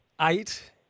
eight